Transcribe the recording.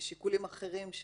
שיקולים אחרים.